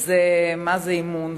אז מה זה אמון?